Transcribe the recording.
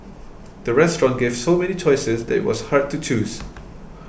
the restaurant gave so many choices that was hard to choose